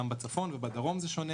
זה שונה גם בצפון ובדרום.